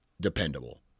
dependable